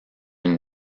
une